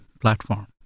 platform